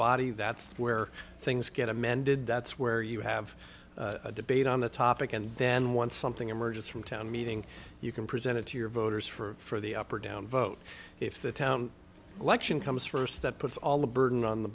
body that's where things get amended that's where you have a debate on the topic and then once something emerges from town meeting you can present it to your voters for the up or down vote if the town election comes first that puts all the burden on the